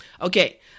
Okay